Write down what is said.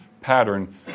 pattern